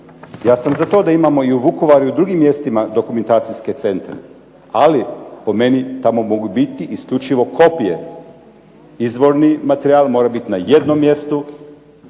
Ja sam za to da imamo i u Vukovaru i u drugim mjestima dokumentacijske centre, ali po meni tamo mogu biti isključivo kopije. Izvorni materijal mora biti na jednom mjestu,